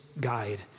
guide